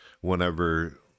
whenever